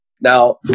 Now